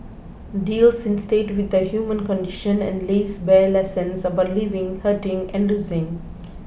deals instead with the human condition and lays bare lessons about living hurting and losing